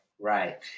right